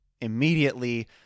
immediately